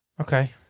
Okay